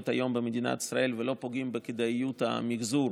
היום במדינת ישראל ולא פוגעים בכדאיות המחזור,